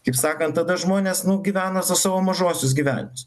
kaip sakant tada žmonės nu gyvena su savo mažuosius gyvenimus